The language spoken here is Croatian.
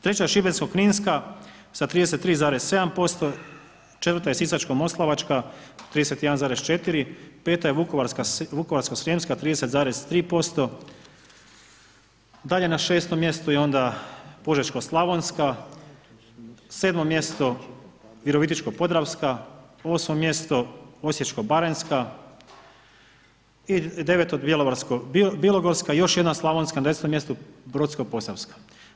Treća je Šibensko-kninska sa 33,7%, četvrta je Sisačko-moslavačka 31,4, peta je Vukovarsko-srijemska 30,3%, dalje na 6.-om mjestu je onda Požeško-slavonska, 7. mjesto Virovitičko-podravska, 8. mjesto Osječko-baranjska i 9. Bjelovarsko-bilogorska i još jedna Slavonska, na 10.-om mjestu Brodsko-posavska.